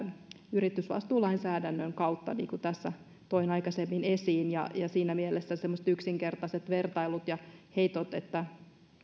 yritysvastuulainsäädännön kautta niin kuin tässä toin aikaisemmin esiin siinä mielessä semmoisten yksinkertaisten vertailujen ja heittojen että